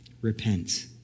repent